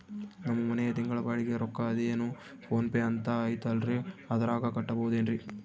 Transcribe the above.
ನಮ್ಮ ಮನೆಯ ತಿಂಗಳ ಬಾಡಿಗೆ ರೊಕ್ಕ ಅದೇನೋ ಪೋನ್ ಪೇ ಅಂತಾ ಐತಲ್ರೇ ಅದರಾಗ ಕಟ್ಟಬಹುದೇನ್ರಿ?